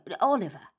Oliver